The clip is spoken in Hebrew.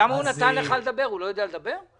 אנחנו ניתן לך שלושה חודשים